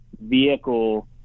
vehicle